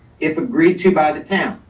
if agreed to by the town.